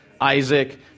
Isaac